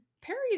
Perry